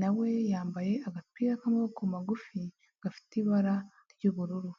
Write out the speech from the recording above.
Na we yambaye agapira k'amaboko magufi gafite ibara ry'ubururu.